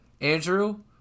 Andrew